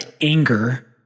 anger